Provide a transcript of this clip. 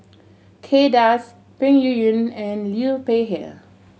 Kay Das Peng Yuyun and Liu Peihe